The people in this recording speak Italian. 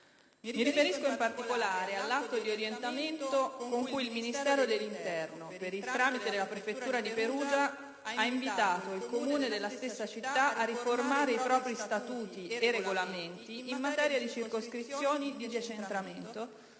Mi riferisco all'atto di orientamento con cui il Ministero dell'interno, per il tramite della prefettura di Perugia, ha invitato il Comune della stessa città a riformare i propri statuti e regolamenti in materia di circoscrizioni di decentramento